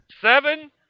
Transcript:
Seven